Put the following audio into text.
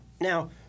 Now